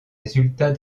résultats